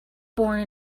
born